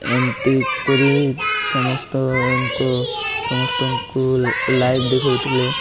ଏମିତି କରି ସମସ୍ତଙ୍କ ସମସ୍ତଙ୍କୁ ଲାଇଭ୍ ଦେଖାଉଥିଲେ